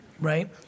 Right